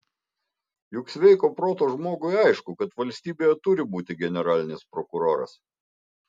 juk sveiko proto žmogui aišku kad valstybėje turi būti generalinis prokuroras